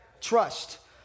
Trust